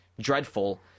dreadful